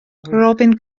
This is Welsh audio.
robin